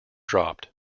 dropped